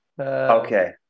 Okay